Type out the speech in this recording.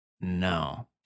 No